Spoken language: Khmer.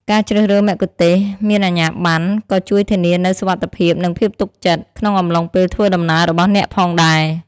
ការជ្រើសរើសមគ្គុទ្ទេសក៍មានអាជ្ញាប័ណ្ណក៏ជួយធានានូវ សុវត្ថិភាព និងភាពទុកចិត្ត ក្នុងអំឡុងពេលធ្វើដំណើររបស់អ្នកផងដែរ។